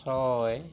ছয়